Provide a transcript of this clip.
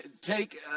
take